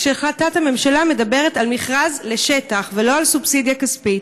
כשהחלטת הממשלה מדברת על מכרז לשטח ולא על סובסידיה כספית?